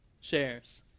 shares